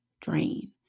drain